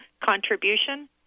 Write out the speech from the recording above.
contribution